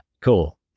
cool